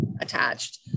attached